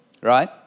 Right